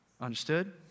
Understood